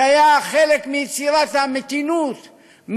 שהיה חלק מיצירת המתינות,